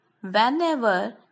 Whenever